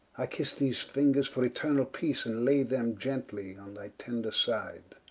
i kisse these fingers for eternall peace, and lay them gently on thy tender side.